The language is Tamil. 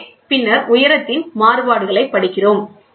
எனவே பின்னர் உயரத்தின் மாறுபாடுகளையும் படிக்கிறோம்